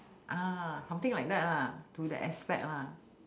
uh something like that lah to that aspect lah